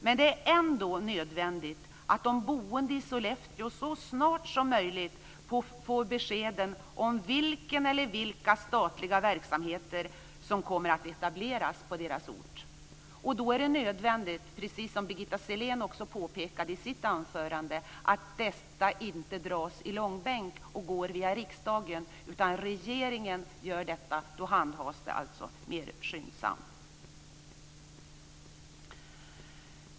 Men det är ändå nödvändigt att de boende i Sollefteå så snart som möjligt får besked om vilka statliga verksamheter som kommer att etableras på orten. Då är det nödvändigt - precis som också Birgitta Sellén påpekade i sitt anförande - att detta inte dras i långbänk och går via riksdagen. Om regeringen gör detta handhas det mer skyndsamt.